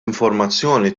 informazzjoni